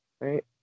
right